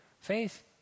faith